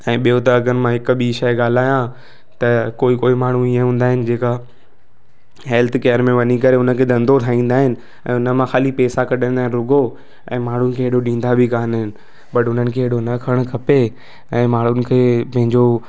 ऐं ॿियों त अगरि मां हिकु बि शइ ॻाल्हायां त कोई कोई माण्हू हीअं हूंदा आहिनि जेका हैल्थ केयर में वञी करे हुनखे धंधो ठाहींदा आहिनि ऐं हुन मां ख़ाली पैसा कढंदा रुॻो ऐं माण्हुनि खे हेॾो ॾींदा बि कान्हनि बट हुननि खे हेॾो न करणु खपे ऐं माण्हुनि खे पंहिंजो